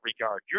regard